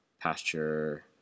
Pasture